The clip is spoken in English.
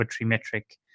metric